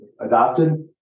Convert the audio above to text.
Adopted